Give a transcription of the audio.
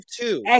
two